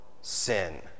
sin